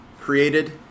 created